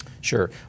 Sure